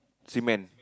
cement